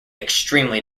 extremely